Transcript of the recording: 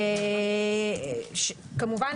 כמובן